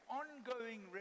ongoing